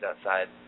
outside